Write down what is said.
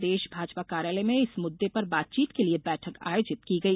प्रदेश भाजपा कार्यालय में इस मुददे पर बातचीत के लिए बैठक आयोजित की गई